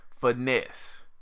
finesse